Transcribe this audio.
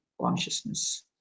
consciousness